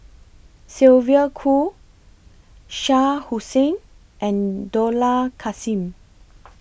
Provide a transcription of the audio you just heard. Sylvia Kho Shah Hussain and Dollah Kassim